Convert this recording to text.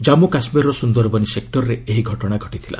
କାମ୍ମୁ କାଶ୍ମୀରର ସୁନ୍ଦରବନି ସେକ୍ଟରରେ ଏହି ଘଟଣା ଘଟିଥିଲା